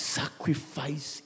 sacrifice